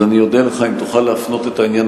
אז אני אודה לך אם תוכל להפנות את העניין